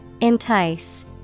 Entice